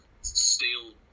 Stale